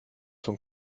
von